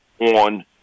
on